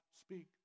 speak